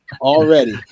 Already